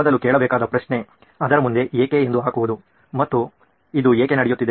ಮೊದಲು ಕೇಳಬೇಕಾದ ಪ್ರಶ್ನೆ ಅದರ ಮುಂದೆ "ಏಕೆ" ಎಂದು ಹಾಕುವುದು ಮತ್ತು ಇದು ಏಕೆ ನಡೆಯುತ್ತಿದೆ